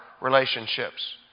relationships